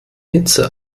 hitze